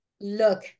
look